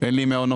אין לי מעונות,